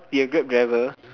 be a grab driver